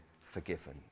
forgiven